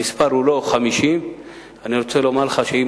המספר הוא לא 50. אני רוצה לומר לך שעם